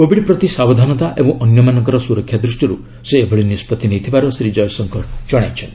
Covid ପ୍ରତି ସାବଧାନତା ଏବଂ ଅନ୍ୟମାନଙ୍କର ସୁରକ୍ଷା ଦୃଷ୍ଟିରୁ ସେ ଏଭଳି ନିଷ୍ପତ୍ତି ନେଇଥିବାର ଶ୍ରୀ ଜୟଶଙ୍କର ଜଣାଇଛନ୍ତି